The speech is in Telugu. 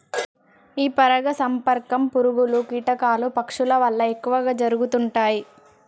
ఈ పరాగ సంపర్కం పురుగులు, కీటకాలు, పక్షుల వల్ల ఎక్కువ జరుగుతుంటాయి